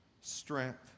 strength